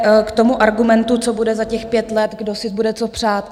K tomu argumentu, co bude za těch pět let, kdo si bude co přát.